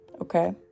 okay